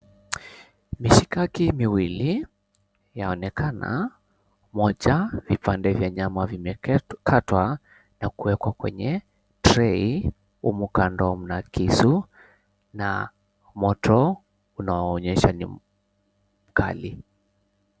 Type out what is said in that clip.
Mishikaki miwili yaonekana. Moja vipande vya nyama vimekatwa na kuwekwa kwenye tray . Umo kando mna kisu na moto unaoonyesha ni mkali.